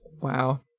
Wow